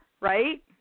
right